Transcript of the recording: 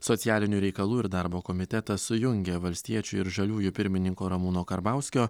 socialinių reikalų ir darbo komitetas sujungė valstiečių ir žaliųjų pirmininko ramūno karbauskio